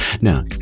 Now